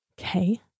Okay